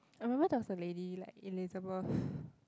I remember there was a lady like Elizabeth